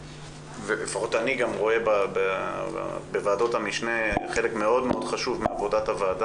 אני שמח לפתוח את ישיבת הועדה לקידום מעמד האישה ולשוויון מגדרי.